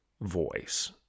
voice